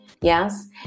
yes